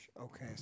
Okay